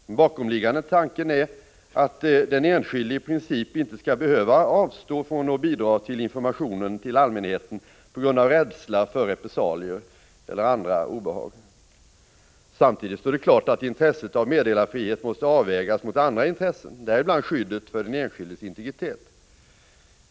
Den bakomliggande tanken är att den enskilde i princip inte skall " behöva avstå från att bidra till informationen till allmänheten på grund av rädsla för repressalier eller andra obehag. Samtidigt står det klart att intresset av meddelarfrihet måste avvägas mot andra intressen, däribland skyddet för den enskildes integritet.